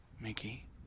Mickey